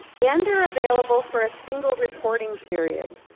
and they're available for a single reporting period.